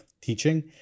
teaching